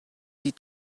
die